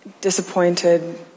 disappointed